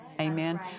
Amen